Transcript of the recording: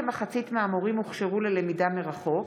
בנושא: רק כמחצית מהמורים הוכשרו ללמידה מרחוק,